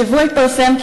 השבוע התפרסם כי